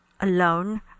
alone